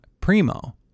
primo